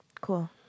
Cool